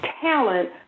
talent